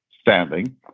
standing